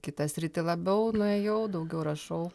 kitą sritį labiau nuėjau daugiau rašau